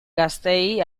gazteei